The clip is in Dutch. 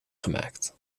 gemaakt